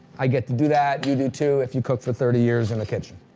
i get to do that. you do too if you cook for thirty years in the kitchen.